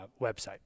website